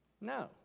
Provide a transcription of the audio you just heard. No